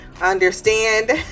Understand